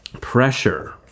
Pressure